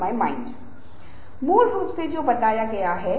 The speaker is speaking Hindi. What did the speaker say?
यह हम वाणी के माध्यम से पता लगते हैं